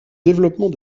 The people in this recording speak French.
développement